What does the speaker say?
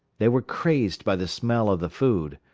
they were crazed by the smell of the food.